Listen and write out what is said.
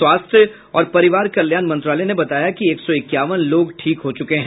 स्वास्थ्य और परिवार कल्याण मंत्रालय ने बताया कि एक सौ इक्यावन लोग ठीक हो चुके हैं